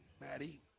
maddie